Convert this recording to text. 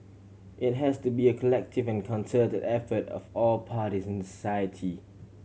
it has to be a collective and concerted effort of all parties in society